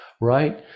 right